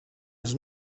was